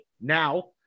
now